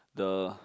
the